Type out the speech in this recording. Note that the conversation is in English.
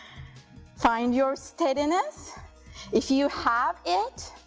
find your steadiness if you have it,